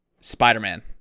Spider-Man